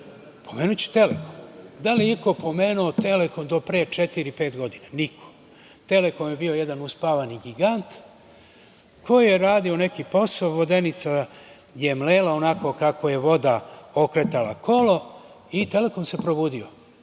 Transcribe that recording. pomenuću „Telekom“. Da li je iko pomenuo „Telekom“ do pre četiri, pet godina? Niko. „Telekom“ je bio jedan uspavani gigant koji je radio neki posao, vodenica je mlela onako kako je voda okretala kolo, i „Telekom“ se probudio